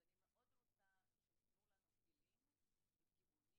אז אני מאוד רוצה שתתנו לנו כלים וכיוונים